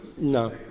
No